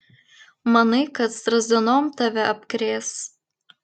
manai kad strazdanom tave apkrės